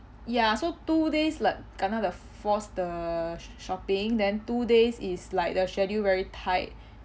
ya so two days like kena the force the sh~ shopping then two days is like the schedule very tight